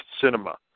cinema